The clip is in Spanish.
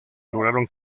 lograron